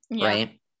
Right